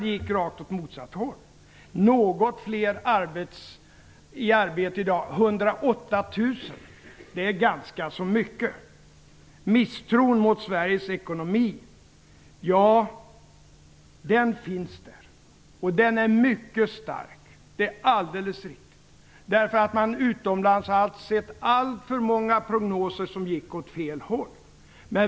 Det gick ju åt rakt motsatt håll. Något fler är i arbete i dag, säger Lars Leijonborg. 108 000 är ganska mycket. Det finns en misstro mot Sveriges ekonomi som är mycket stark - det är alldeles riktigt. Man har utomlands sett alltför många prognoser som gick åt fel håll.